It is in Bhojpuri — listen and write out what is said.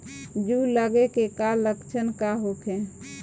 जूं लगे के का लक्षण का होखे?